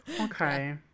Okay